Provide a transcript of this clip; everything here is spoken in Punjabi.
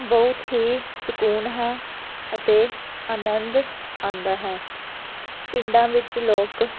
ਬਹੁਤ ਹੀ ਸਕੂਨ ਹੈ ਅਤੇ ਆਨੰਦ ਆਉਂਦਾ ਹੈ ਪਿੰਡਾਂ ਵਿੱਚ ਲੋਕ